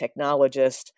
technologist